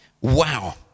Wow